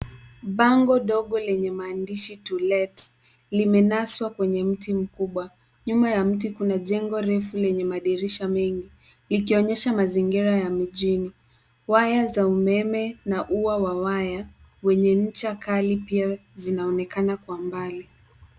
Bango dogo lenye maandishi limefungwa kwenye mti mkubwa. Nyuma ya mti huo kuna jengo refu lenye madirisha mengi, linaloonyesha mazingira ya mjini. Pia, waya za umeme na uzio wa waya wenye ncha kali vinaonekana kwa mbali